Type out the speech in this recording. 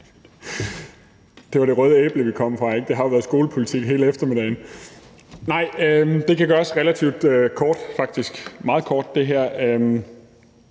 Det var det røde æble, vi kom fra, ikke? Det har jo været skolepolitik hele eftermiddagen. Nå, det her kan gøres relativt kort, faktisk meget kort, for